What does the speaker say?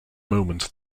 moment